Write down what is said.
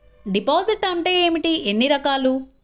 Deposit అంటే ఏమిటీ ఎన్ని రకాలు?